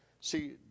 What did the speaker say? See